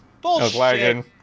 Bullshit